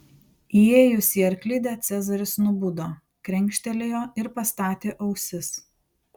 įėjus į arklidę cezaris nubudo krenkštelėjo ir pastatė ausis